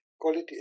quality